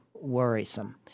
worrisome